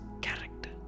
character